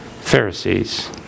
Pharisees